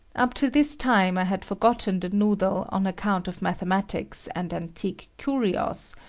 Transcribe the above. up to this time i had forgotten the noodle on account of mathematics and antique curios,